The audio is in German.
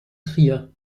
trier